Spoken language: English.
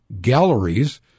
galleries